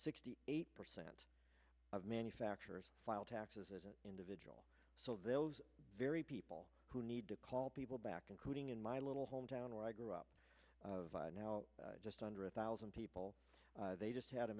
sixty eight percent of manufacturers file taxes as an individual so those very people who need to call people back including in my little hometown where i grew up of now just under a thousand people they just had a